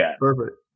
Perfect